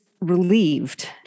relieved